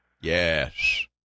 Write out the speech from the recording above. Yes